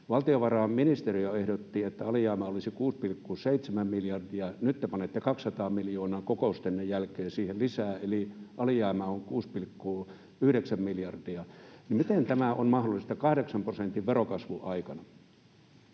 Valtiovarainministeriö ehdotti, että alijäämä olisi 6,7 miljardia. Nyt te panette 200 miljoonaa kokoustenne jälkeen siihen lisää, eli alijäämä on 6,9 miljardia. Miten tämä on mahdollista 8 prosentin verokasvun aikana?